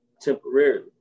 temporarily